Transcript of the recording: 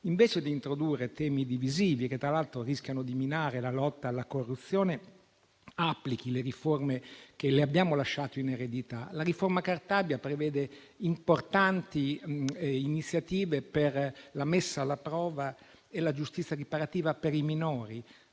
Invece di introdurre temi divisivi, che tra l'altro rischiano di minare la lotta alla corruzione, applichi le riforme che le abbiamo lasciato in eredità: la riforma Cartabia prevede importanti iniziative per la messa alla prova e la giustizia riparativa per i minori.